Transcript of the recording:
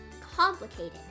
complicated